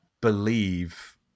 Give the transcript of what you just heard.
believe